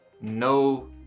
No